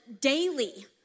daily